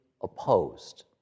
opposed